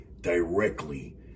Directly